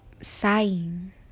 sighing